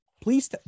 Please